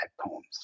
poems